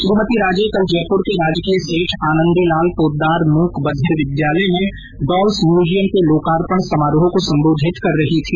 श्रीमती राजे कल जयपुर के राजकीय सेठ आनंदीलाल पोद्दार मूक बधिर विद्यालय में डॉल्स म्यूज़ियम के लोकार्पण समारोह को संबोधित कर रही थी